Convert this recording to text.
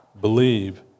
believe